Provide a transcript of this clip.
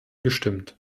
gestimmt